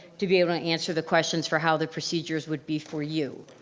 to be able to answer the questions for how the procedures would be for you.